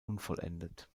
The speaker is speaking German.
unvollendet